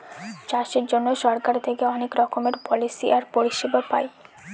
চাষের জন্য সরকার থেকে অনেক রকমের পলিসি আর পরিষেবা পায়